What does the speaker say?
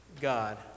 God